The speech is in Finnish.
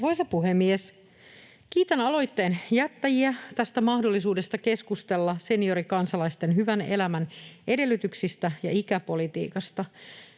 Arvoisa puhemies! Kiitän aloitteen jättäjiä tästä mahdollisuudesta keskustella seniorikansalaisten hyvän elämän edellytyksistä ja ikäpolitiikasta.